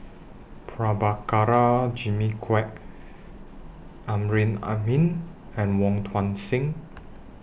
Prabhakara Jimmy Quek Amrin Amin and Wong Tuang Seng